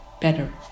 better